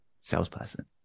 salesperson